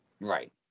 Right